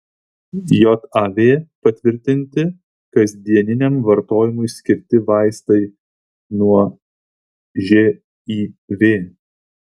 jav patvirtinti kasdieniniam vartojimui skirti vaistai nuo živ